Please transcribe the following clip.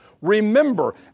remember